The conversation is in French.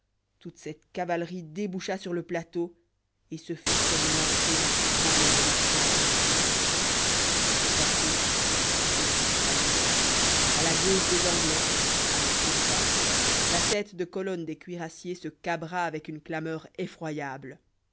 toute cette cavalerie déboucha sur le plateau et ce fut comme l'entrée d'un tremblement de terre tout à coup chose tragique à la gauche des anglais à notre droite la tête de colonne des cuirassiers se cabra avec une clameur effroyable